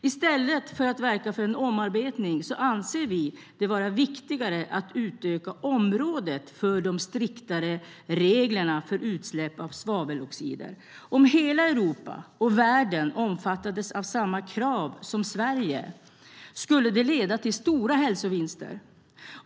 I stället för att verka för en omarbetning anser vi det vara viktigare att utöka området för de striktare reglerna för utsläpp av svaveloxider. Om hela Europa och världen omfattades av samma krav som Sverige skulle det leda till stora hälsovinster.